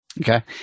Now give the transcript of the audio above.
Okay